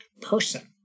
person